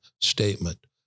statement